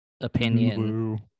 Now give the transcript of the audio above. opinion